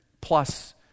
plus